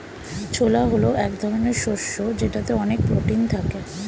ছোলা হল এক ধরনের শস্য যেটাতে অনেক প্রোটিন থাকে